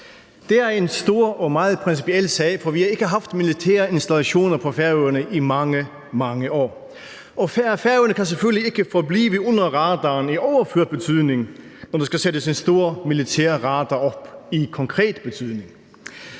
Det er en stor og meget principiel sag, for vi har ikke haft militære installationer på Færøerne i mange, mange år. Og Færøerne kan selvfølgelig ikke forblive under radaren i overført betydning, når der sættes en stor militær radar op i konkret betydning.